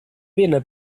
pena